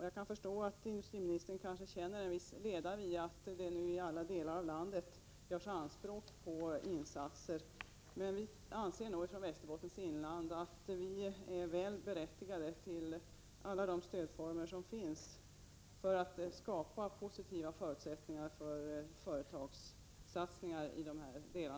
Jag kan förstå att industriministern kanske känner en viss leda, då det i alla delar av landet ställs anspråk på insatser.